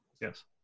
Yes